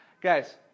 Guys